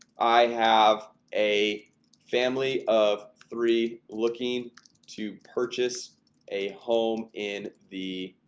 i have a family of three looking to purchase a home in the